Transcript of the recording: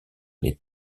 les